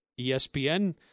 ESPN